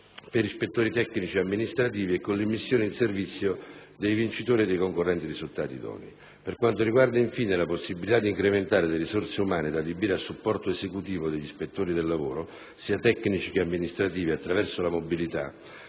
per ispettori tecnici e amministrativi e con l'immissione in servizio dei vincitori e dei concorrenti risultati idonei. Per quanto riguarda, infine, la possibilità di incrementare le risorse umane da adibire a supporto esecutivo degli ispettori del lavoro, sia tecnici sia amministrativi, attraverso la mobilità,